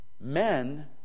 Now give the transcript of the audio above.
men